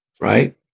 right